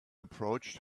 approached